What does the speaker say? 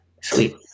Sweet